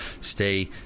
stay